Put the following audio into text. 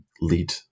Lead